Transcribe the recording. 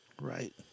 right